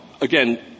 again